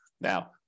Now